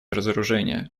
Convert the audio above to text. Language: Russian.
разоружение